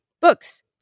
Books